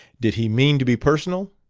did he mean to be personal?